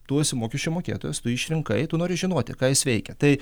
tu esi mokesčių mokėtojas tu jį išrinkai tu nori žinoti ką jis veikia tai